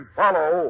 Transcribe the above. follow